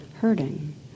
hurting